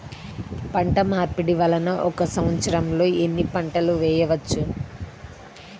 పంటమార్పిడి వలన ఒక్క సంవత్సరంలో ఎన్ని పంటలు వేయవచ్చు?